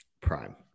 prime